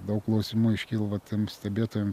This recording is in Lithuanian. daug klausimų iškyla va tiem stebėtojam